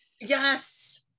yes